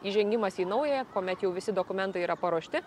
įžengimas į naują kuomet jau visi dokumentai yra paruošti